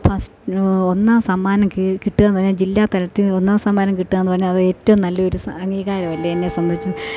first ഒന്നാം സമ്മാനം കിട്ടുക എന്ന് പറഞ്ഞാൽ ജില്ലാ തലത്തിൽ ഒന്നാം സമ്മാനം കിട്ടുക എന്ന് പറഞ്ഞാൽ അത് ഏറ്റവും നല്ലൊരു അംഗീകാരം അല്ലേ എന്നെ സംബന്ധിച്ച്